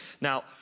Now